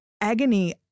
agony